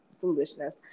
foolishness